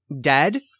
dead